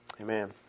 Amen